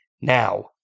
now